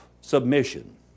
submission